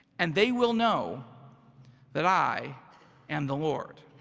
and they will know that i am the lord,